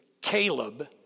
Caleb